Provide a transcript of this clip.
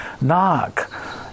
Knock